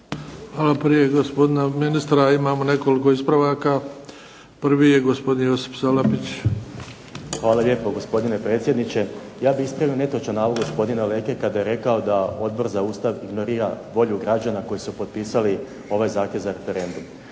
Hvala. Prije gospodina ministra imamo nekoliko ispravaka. Prvi je gospodin Josip Salapić. **Salapić, Josip (HDZ)** Hvala lijepo gospodine predsjedniče. Ja bih ispravio netočan navod gospodina Leke kada je rekao da Odbor za Ustav ignorira volju građana koji su potpisali ovaj zahtjev za referendum.